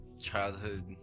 childhood